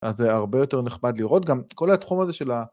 אז זה הרבה יותר נחמד לראות גם כל התחום הזה של ה...